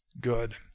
good